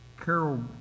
Carol